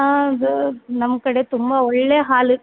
ಅದು ನಮ್ಮ ಕಡೆ ತುಂಬ ಒಳ್ಳೆ ಹಾಲು